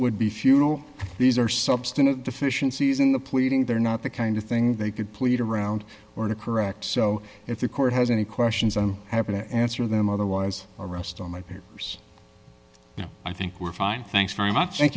would be futile these are substantive deficiencies in the pleading they're not the kind of thing they could plead around or to correct so if the court has any questions i'm happy to answer them otherwise arrest all my peers and i think we're fine thanks very much